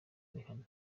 rihanna